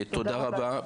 תודה רבה.